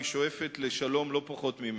היא שואפת לשלום לא פחות ממך.